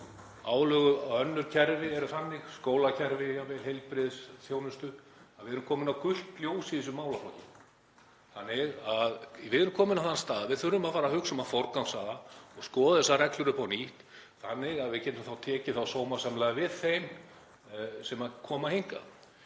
Álag á önnur kerfi, jafnvel skólakerfið, heilbrigðisþjónustuna, er þannig að við erum komin á gult ljós í þessum málaflokki. Við erum komin á þann stað að við þurfum að fara að hugsa um að forgangsraða og skoða þessar reglur upp á nýtt þannig að við getum þá tekið sómasamlega við þeim sem koma hingað.